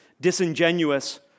Disingenuous